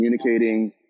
communicating